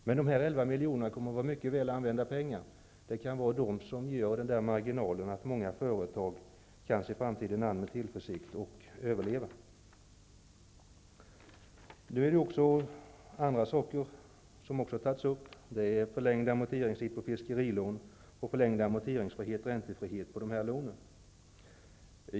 Men dessa 11 miljoner kommer att bli väl använda pengar -- det kan bli den marginal som gör att många företag kan se framtiden an med tillförsikt och överleva. Också andra saker har tagits upp -- det är förlängd amorteringstid på fiskerilån och förlängd amorteringsfrihet/räntefrihet på dessa lån.